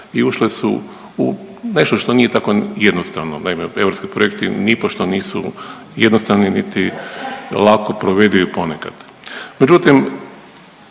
i ušle su u nešto što nije tako jednostavno. Naime, europski projekti nipošto nisu jednostavni niti lako provedivi ponekad.